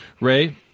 Ray